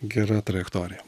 gera trajektorija